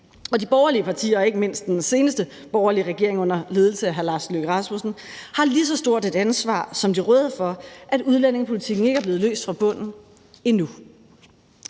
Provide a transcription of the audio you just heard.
de borgerlige partier og ikke mindst den seneste borgerlige regering under ledelse af hr. Lars Løkke Rasmussen har et lige så stort ansvar som de røde for, at udlændingepolitikken ikke er blevet løst fra bunden endnu.